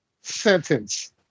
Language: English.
sentence